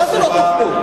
מה זה "לא תוכלו"?